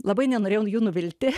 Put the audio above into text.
labai nenorėjau jų nuvilti